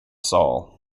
saul